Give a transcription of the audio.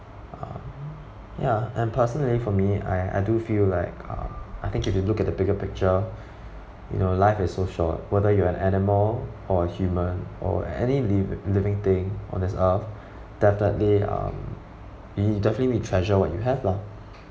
um ya and personally for me I I do feel like ah I think you look at the bigger picture you know life is so short whether you're an animal or a human or any liv~ living thing on this earth definitely um you definitely need to treasure what you have lah